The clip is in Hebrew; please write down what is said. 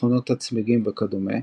תכונות הצמיגים וכדומה,